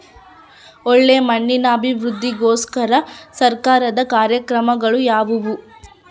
ಒಳ್ಳೆ ಮಣ್ಣಿನ ಅಭಿವೃದ್ಧಿಗೋಸ್ಕರ ಸರ್ಕಾರದ ಕಾರ್ಯಕ್ರಮಗಳು ಯಾವುವು?